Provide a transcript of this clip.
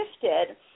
shifted